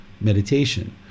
meditation